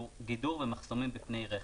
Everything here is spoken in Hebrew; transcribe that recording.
גידור ומחסומים בפני רכב.